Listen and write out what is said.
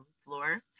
floor